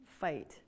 fight